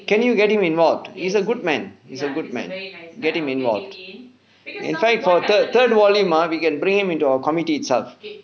can you get him involved he is a good man he's a good man get him involved in fact for the third third volume ah we can bring him into our communitee itself